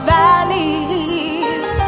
valleys